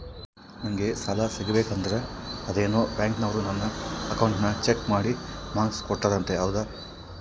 ನಂಗೆ ಸಾಲ ಸಿಗಬೇಕಂದರ ಅದೇನೋ ಬ್ಯಾಂಕನವರು ನನ್ನ ಅಕೌಂಟನ್ನ ಚೆಕ್ ಮಾಡಿ ಮಾರ್ಕ್ಸ್ ಕೊಡ್ತಾರಂತೆ ಹೌದಾ?